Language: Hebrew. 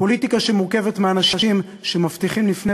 פוליטיקה שמורכבת מאנשים שמבטיחים לפני